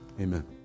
Amen